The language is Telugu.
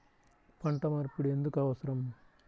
పంట మార్పిడి ఎందుకు అవసరం?